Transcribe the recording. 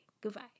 goodbye